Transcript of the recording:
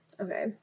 Okay